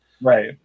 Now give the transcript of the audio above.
Right